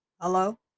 Hello